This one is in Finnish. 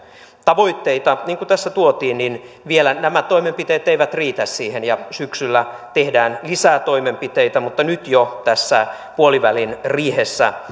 niin kuin tässä tuotiin esille vielä nämä toimenpiteet eivät riitä siihen ja syksyllä tehdään lisää toimenpiteitä mutta nyt jo tässä puolivälin riihessä